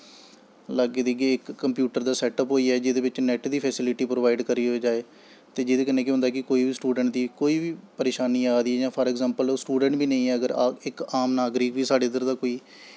लाग्गै धीगै कंप्यूटर दा सैटअप होई जाए जेह्दे बिच्च नैट्ट दी फैसिलिटी प्रोवाईड़ करी जाए जेह्दे कन्नै केह् होंदा कि कोई बी स्टुडैंट दी कोई बी परेशानी आ दी ऐ जां फॉर अग़्ज़ैंपल ओह् स्टुडैंट बी निं ऐ इक आम नागरिक बी साढ़े इद्धर दा कोई